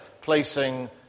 placing